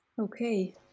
Okay